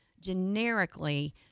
generically